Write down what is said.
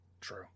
True